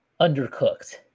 undercooked